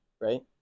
right